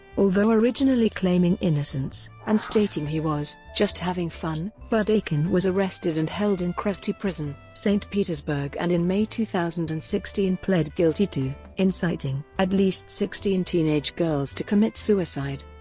although originally claiming innocence and stating he was just having fun, budeikin was arrested and held in kresty prison, st petersburg and in may two thousand and sixteen pled guilty to inciting at least sixteen teenage girls to commit suicide.